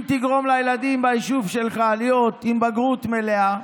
אם תגרום לילדים ביישוב שלך להיות עם בגרות מלאה,